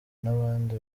n’abandi